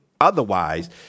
otherwise